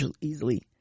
easily